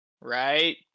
right